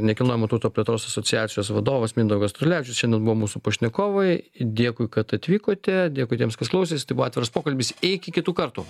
nekilnojamo turto plėtros asociacijos vadovas mindaugas statulevičius šiandien buvo mūsų pašnekovai dėkui kad atvykote dėkui tiems kas klausėsi tai buvo atviras pokalbis iki kitų kartų